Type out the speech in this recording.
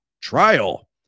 trial